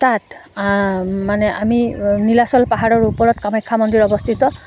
তাত মানে আমি নীলাচল পাহাৰৰ ওপৰত কামাখ্যা মন্দিৰ অৱস্থিত